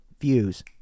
views